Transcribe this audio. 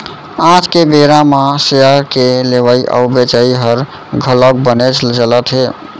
आज के बेरा म सेयर के लेवई अउ बेचई हर घलौक बनेच चलत हे